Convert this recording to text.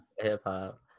hip-hop